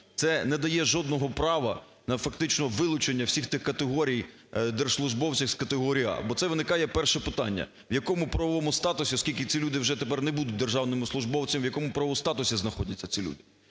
це не дає жодного права на фактичне вилучення всіх тих категорій держслужбовців з категорії "А". Бо це виникає перше питання, в якому правовому статусі, оскільки ці люди тепер вже не будуть державними службовцями, в якому правовому статусі знаходяться ці люди.